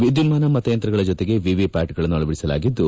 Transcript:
ವಿದ್ದುನ್ನಾನ ಮತಯಂತ್ರಗಳ ಜೊತೆಗೆ ವಿವಿಪ್ಚಾಟ್ಗಳನ್ನು ಅಳವಡಿಸಿದ್ದು